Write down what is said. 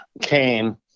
came